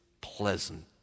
pleasant